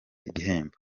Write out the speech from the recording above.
igihembo